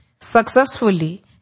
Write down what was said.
Successfully